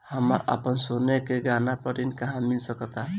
हमरा अपन सोने के गहना पर ऋण कहां मिल सकता?